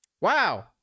Wow